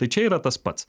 tai čia yra tas pats